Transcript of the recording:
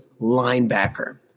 linebacker